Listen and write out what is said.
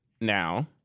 now